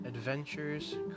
Adventures